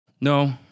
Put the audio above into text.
No